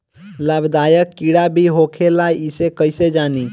लाभदायक कीड़ा भी होखेला इसे कईसे जानी?